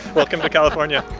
welcome to california